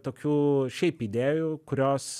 tokių šiaip idėjų kurios